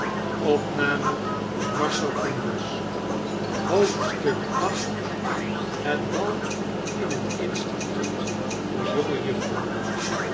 viii het bal in het instituut voor jonge jufvrouwen